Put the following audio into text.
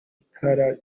ikara